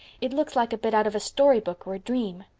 it looks like a bit out of a story book or a dream.